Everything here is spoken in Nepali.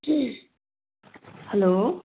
हेलो